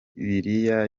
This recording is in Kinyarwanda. bibiliya